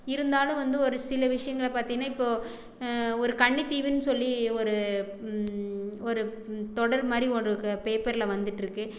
இருந்தாலும் வந்து ஒரு சில விஷயங்களை பார்த்தினா இப்போது ஒரு கன்னி தீவுன்னு சொல்லி ஒரு ஒரு தொடர் மாதிரி ஒரு பேப்பரில் வந்துட்டிருக்கு